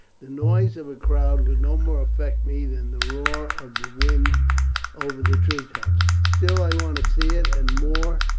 the noise of a crowd would no more affect me than the roar of the wind over the treetops. still i want to see it and more,